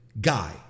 guy